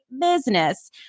business